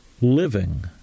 living